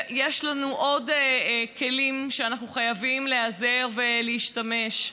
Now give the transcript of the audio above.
ויש לנו עוד כלים שאנחנו חייבים להיעזר ולהשתמש בהם,